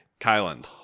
Kylan